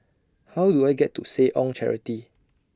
How Do I get to Seh Ong Charity